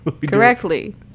Correctly